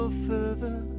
further